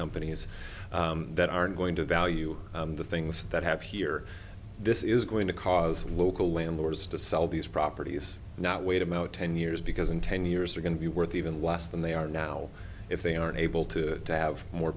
companies that aren't going to value the things that have here this is going to cause local landlords to sell these properties not wait about ten years because in ten years we're going to be worth even less than they are now if they aren't able to have more